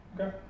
Okay